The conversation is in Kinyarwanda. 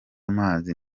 amazi